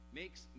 makes